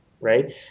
Right